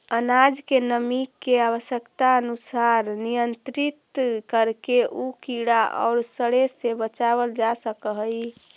अनाज के नमी के आवश्यकतानुसार नियन्त्रित करके उ कीड़ा औउर सड़े से बचावल जा सकऽ हई